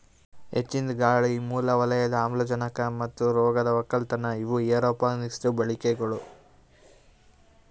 ಹೆಚ್ಚಿಂದ್ ಗಾಳಿ, ಮೂಲ ವಲಯದ ಆಮ್ಲಜನಕ ಮತ್ತ ರೋಗದ್ ಒಕ್ಕಲತನ ಇವು ಏರೋಪೋನಿಕ್ಸದು ಬಳಿಕೆಗೊಳ್